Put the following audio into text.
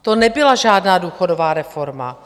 To nebyla žádná důchodová reforma.